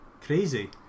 Crazy